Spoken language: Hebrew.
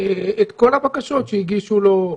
את כל הבקשות שהגישו לו.